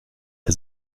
der